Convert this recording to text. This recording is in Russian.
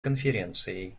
конференцией